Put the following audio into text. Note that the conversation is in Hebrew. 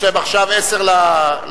יש להם עכשיו עשר לתקציב.